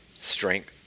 strength